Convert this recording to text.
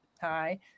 hi